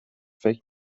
فکر